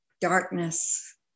Darkness